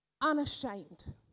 unashamed